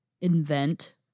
invent